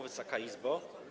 Wysoka Izbo!